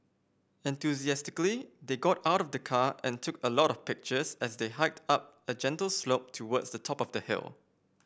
enthusiastically they got out of the car and took a lot of pictures as they hiked up a gentle slope towards the top of the hill